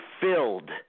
filled